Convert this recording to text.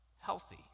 healthy